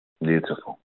Beautiful